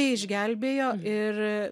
tai išgelbėjo ir